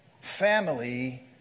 family